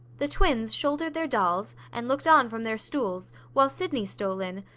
the twins shouldered their dolls, and looked on from their stools, while sydney stole in,